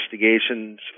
investigations